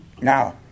Now